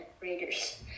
Raiders